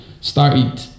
started